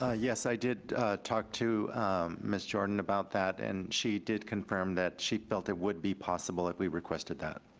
ah yes, i did talk to mrs. jordan about that, and she did confirm that she felt it would be possible if we requested that,